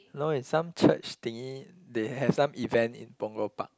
no it's some church thingy they have some event in Punggol Park